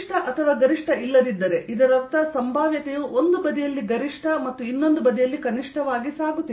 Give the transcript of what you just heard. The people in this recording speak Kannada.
ಕನಿಷ್ಠ ಅಥವಾ ಗರಿಷ್ಠ ಇಲ್ಲದಿದ್ದರೆ ಇದರರ್ಥ ಸಂಭಾವ್ಯತೆಯು ಒಂದು ಬದಿಯಲ್ಲಿ ಗರಿಷ್ಠ ಮತ್ತು ಇನ್ನೊಂದು ಬದಿಯಲ್ಲಿ ಕನಿಷ್ಠವಾಗಿ ಸಾಗುತ್ತಿದೆ